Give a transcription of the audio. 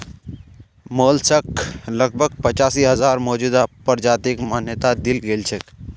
mollusc लगभग पचासी हजार मौजूदा प्रजातिक मान्यता दील गेल छेक